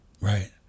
right